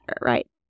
right